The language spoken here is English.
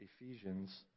Ephesians